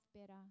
better